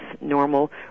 normal